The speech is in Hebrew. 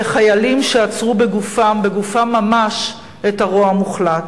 וחיילים שעצרו בגופם, בגופם ממש, את הרוע המוחלט,